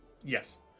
Yes